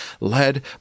led